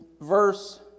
verse